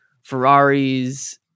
Ferrari's